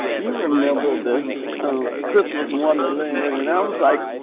you remember the christmas wonderland? and i was like,